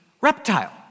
reptile